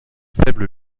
faible